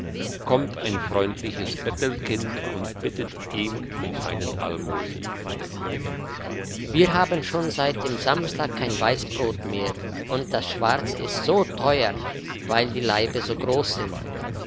kommt ein freundliches bettelkind und bittet ihn um ein almosen wir haben schon seit dem samstag kein weissbrot mehr und das schwarze ist so teuer weil die laibe so gross sind